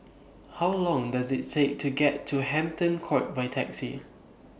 How Long Does IT Take to get to Hampton Court By Taxi